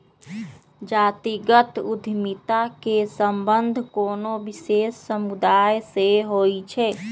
जातिगत उद्यमिता के संबंध कोनो विशेष समुदाय से होइ छै